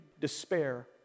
despair